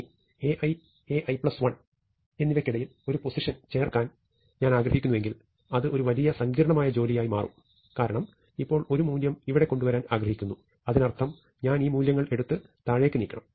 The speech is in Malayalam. ഇനി Ai Ai1 എന്നിവയ്ക്കിടയിൽ ഒരു പൊസിഷൻ ചേർക്കാൻ ഞാൻ ആഗ്രഹിക്കുന്നുവെങ്കിൽ അത് ഒരു വലിയ സങ്കീർണ്ണമായ ജോലിയായി മാറും കാരണം ഇപ്പോൾ ഒരു മൂല്യം ഇവിടെ കൊണ്ടുവരാൻ ആഗ്രഹിക്കുന്നു അതിനർത്ഥം ഞാൻ ഈ മൂല്യങ്ങൾ എടുത്ത് താഴേക്ക് നീക്കണം